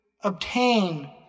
obtain